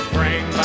Bring